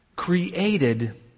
Created